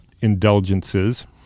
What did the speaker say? indulgences